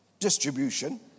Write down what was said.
distribution